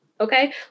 Okay